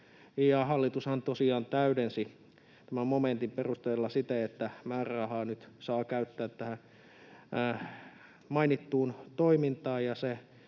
hallitus on täydentänyt momentin perusteluja siten, että määrärahaa saa käyttää myös tähän mainittuun toimintaan.